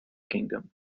kingdom